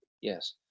Yes